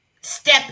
step